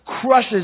crushes